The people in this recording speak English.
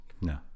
no